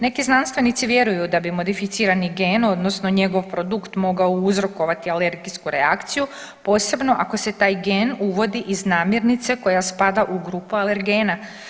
Neki znanstvenici vjeruju da bi modificirani gen odnosno njegov produkt mogao uzrokovati alergijsku reakciju, posebno ako se taj gen uvodi iz namirnice koja spada u grupu alergena.